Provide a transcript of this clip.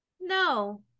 no